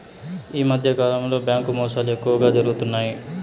ఈ మధ్యకాలంలో బ్యాంకు మోసాలు ఎక్కువగా జరుగుతున్నాయి